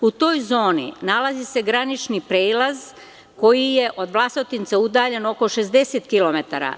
U toj zoni nalazi se granični prelaz koji je od Vlasotinca udaljen oko 60 km.